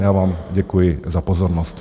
Já vám děkuji za pozornost.